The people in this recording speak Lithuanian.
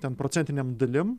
ten procentinėm dalim